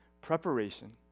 preparation